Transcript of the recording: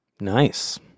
Nice